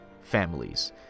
families